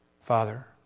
Father